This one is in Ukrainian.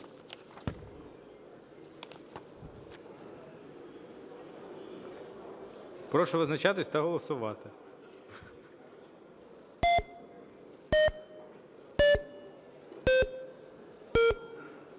Прошу визначатись та голосувати.